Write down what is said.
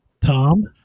Tom